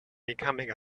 becoming